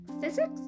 physics